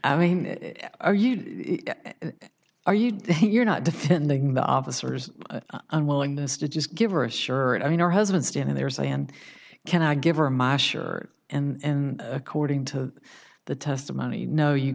you are you you're not defending the officers unwillingness to just give her a shirt i mean her husband standing there say and can i give her my shirt and according to the testimony no you